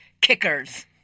Kickers